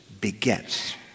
begets